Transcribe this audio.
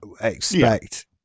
Expect